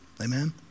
Amen